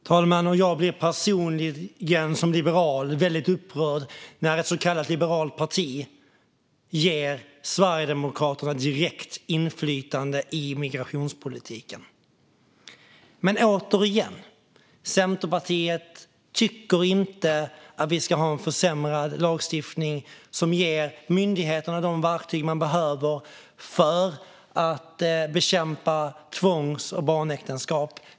Fru talman! Och jag blir personligen, som liberal, väldigt upprörd när ett så kallat liberalt parti ger Sverigedemokraterna direkt inflytande över migrationspolitiken. Men återigen - Centerpartiet tycker inte att vi ska ha en försämrad lagstiftning som inte ger myndigheterna de verktyg de behöver för att bekämpa tvångs och barnäktenskap.